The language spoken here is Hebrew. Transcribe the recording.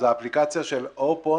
אז האפליקציה של או-פון,